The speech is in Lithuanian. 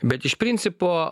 bet iš principo